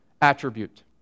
attribute